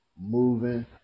moving